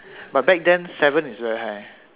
but back then seven is very high